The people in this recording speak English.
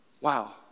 Wow